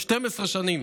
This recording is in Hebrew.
שנים,